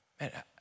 Man